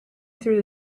through